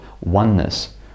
oneness